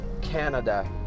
Canada